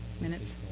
minutes